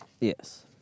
Yes